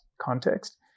context